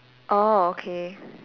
orh okay